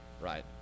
right